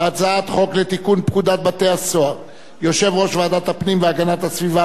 לתיקון פקודת בתי-הסוהר (יושב-ראש ועדת הפנים והגנת הסביבה,